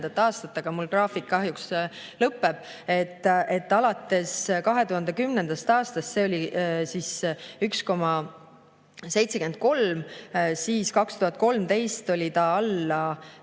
aga mul graafik kahjuks lõpeb. Alates 2010. aastast see oli 1,73, siis 2013 oli see